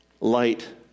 Light